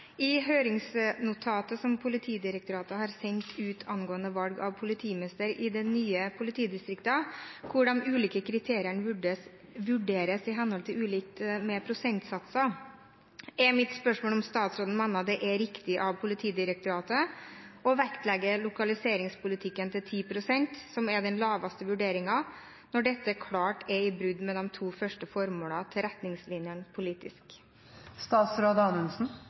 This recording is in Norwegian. «I høringsnotatet som Politidirektoratet har sendt ut angående valg av politimester i de nye politidistriktene, vurderes de ulike kriteriene i henhold til ulike prosentsatser. Mitt spørsmål er om statsråden mener det er riktig av Politidirektoratet å vektlegge lokaliseringspolitikken til 10 pst., den laveste vurderingen, når dette klart bryter med de to første formålene til retningslinjene